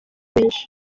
benshi